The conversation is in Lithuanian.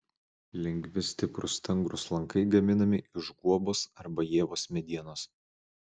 lengvi stiprūs stangrūs lankai gaminami iš guobos arba ievos medienos